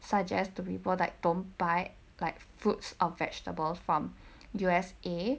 suggest to people like don't buy like fruits or vegetables from U_S_A